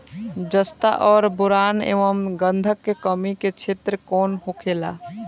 जस्ता और बोरान एंव गंधक के कमी के क्षेत्र कौन होखेला?